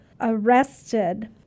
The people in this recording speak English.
arrested